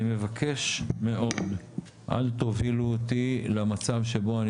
אני מבקש מאוד אל תובילו אותי למצב שבו אני